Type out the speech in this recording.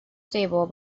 stable